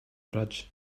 bridge